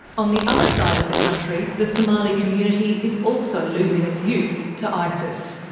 on the other side of the country, the somali community is also losing its youth to isis.